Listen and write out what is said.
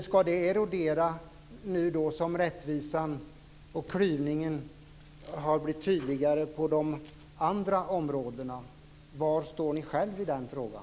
Ska det erodera nu då orättvisan och klyvningen har blivit tydligare på de andra områdena? Var står ni själva i den frågan?